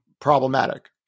problematic